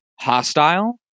hostile